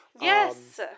yes